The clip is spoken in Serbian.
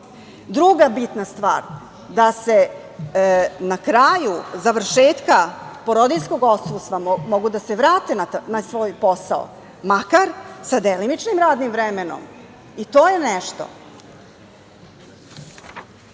bitna stvar je da se na kraju završetka porodiljskog odsustva mogu da vrate na svoj posao, makar sa delimičnim radnim vremenom. I to je nešto. Zatim,